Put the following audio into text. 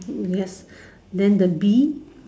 yes then the bee